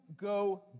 go